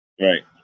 Right